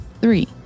Three